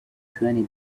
twenty